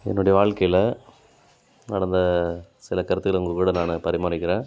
என்னுடைய வாழ்க்கையில் நடந்த சில கருத்துக்களை உங்கள் கூட நான் பரிமாறிக்கிறேன்